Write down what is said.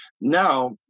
Now